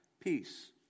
peace